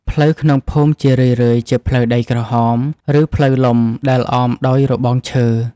ផ្លូវក្នុងភូមិជារឿយៗជាផ្លូវដីក្រហម ឬផ្លូវលំដែលអមដោយរបងឈើ។